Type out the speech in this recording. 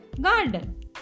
garden